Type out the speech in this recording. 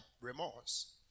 remorse